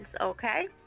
Okay